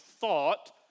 thought